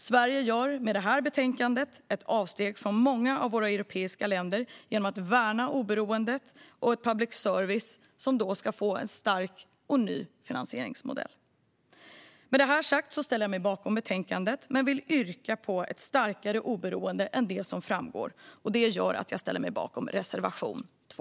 Sverige gör med förslaget i det här betänkandet ett avsteg från många av de andra europeiska länderna genom att vi värnar oberoendet för public service som nu ska få en stark och ny finansieringsmodell. Med det sagt ställer jag mig bakom förslaget i betänkandet. Men jag yrkar på ett starkare oberoende än det som framgår. Därför ställer jag mig bakom reservation 2.